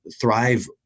thrive